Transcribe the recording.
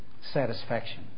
satisfaction